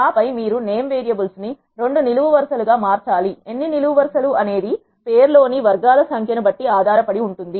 ఆపై మీరు name variables ని 2 నిలువు వరుస లు గా మార్చాలి ఎన్ని నిలువు వరుసలు అనేది పేరు లోని వర్గాల సంఖ్య ను బట్టి ఆధారపడి ఉంటుంది